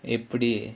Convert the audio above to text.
எப்படி:eppadi